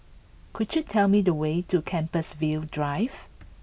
could you tell me the way to Compassvale Drive